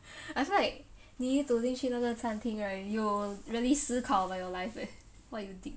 I feel like 你一走进去那个餐厅 right you'll really 思考 about your life leh what you think